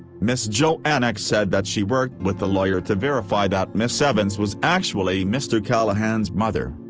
ms. johanneck said that she worked with a lawyer to verify that ms. evans was actually mr. callahan's mother.